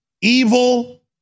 evil